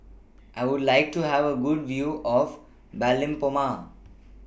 I Would like to Have A Good View of